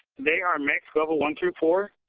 they are mixed, level one through four.